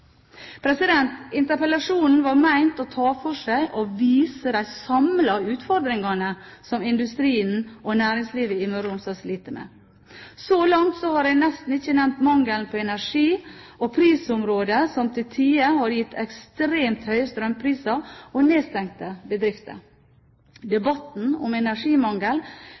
småkraftverk. Interpellasjonen var ment å ta for seg og vise de samlede utfordringene som industrien og næringslivet i Møre og Romsdal sliter med. Så langt har jeg nesten ikke nevnt mangelen på energi og prisområdet som til tider har gitt ekstremt høye strømpriser og nedstengte bedrifter. Debatten om energimangelen